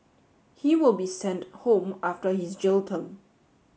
he will be sent home after his jail term